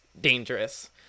dangerous